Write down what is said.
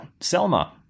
Selma